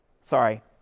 Sorry